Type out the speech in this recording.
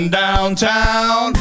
downtown